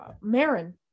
Marin